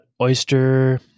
oyster